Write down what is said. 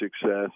success